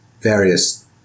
various